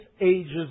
ages